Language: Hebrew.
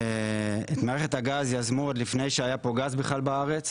ואת מערכת הגז יזמו עוד לפני שהיה פה גז בארץ,